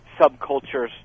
subcultures